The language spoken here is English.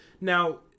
Now